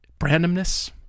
Randomness